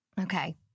okay